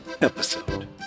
episode